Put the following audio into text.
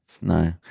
no